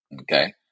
Okay